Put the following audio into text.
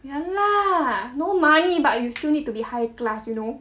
ya lah no money but you still need to be high class you know